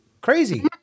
crazy